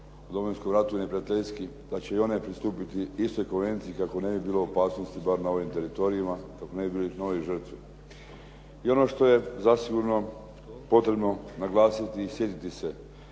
u Domovinskom ratu neprijateljski, da će i one pristupiti istoj konvenciji kako ne bi bilo u opasnosti bar na ovim teritorijima, kako ne bi bilo novih žrtvi. I ono što je zasigurno potrebno naglasiti i sjetiti se